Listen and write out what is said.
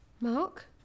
Mark